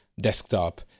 desktop